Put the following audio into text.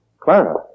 Clara